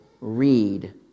read